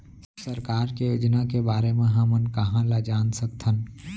सरकार के योजना के बारे म हमन कहाँ ल जान सकथन?